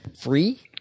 free